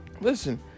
listen